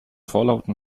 vorlauten